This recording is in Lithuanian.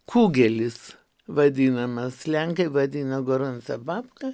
kugelis vadinamas lenkai vadino gorunce babka